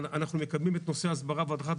אנחנו מקדמים את נושא ההסברה והדרכת